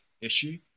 issue